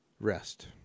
rest